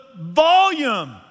volume